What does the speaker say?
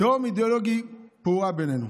תהום אידיאולוגית פעורה בינינו.